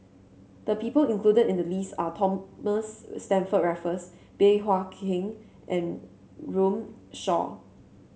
the people included in the list are Thomas Stamford Raffles Bey Hua Heng and Runme Shaw